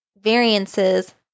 variances